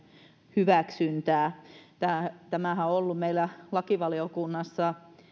hyväksyntää tämähän on on ollut meillä lakivaliokunnassa